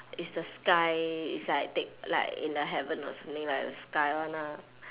is the sky it's like take like in the heaven or something like the sky [one] ah